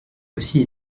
aussi